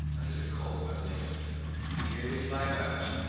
as it is called by the natives and here they fly about,